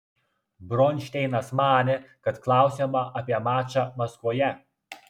bronšteinas manė kad klausiama apie mačą maskvoje